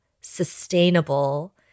sustainable